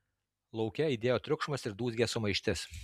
lauke aidėjo triukšmas ir dūzgė sumaištis